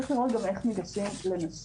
צריך לראות גם איך מתייחסים לנשים.